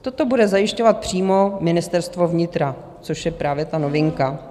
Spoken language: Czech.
Toto bude zajišťovat přímo Ministerstvo vnitra, což je právě ta novinka.